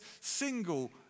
single